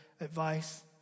advice